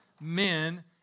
men